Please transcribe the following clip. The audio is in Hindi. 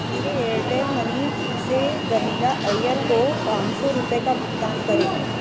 मेरे एयरटेल मनी से प्रमिला अय्यर को पाँच सौ रुपये का भुगतान करें